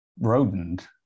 rodent